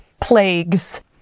plagues